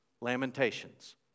Lamentations